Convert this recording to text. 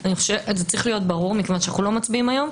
זה צריך להיות ברור כיוון שאנו לא מצביעים היום,